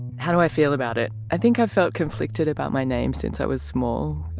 how do i feel about it? i think i felt conflicted about my name since i was small.